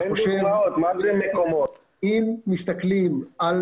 אם מסתכלים על